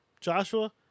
Joshua